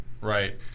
right